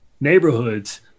neighborhoods